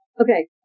Okay